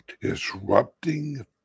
disrupting